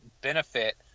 benefit